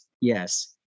Yes